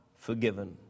forgiven